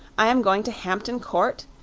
i am going to hampton court,